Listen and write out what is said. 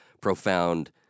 profound